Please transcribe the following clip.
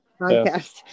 podcast